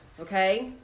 okay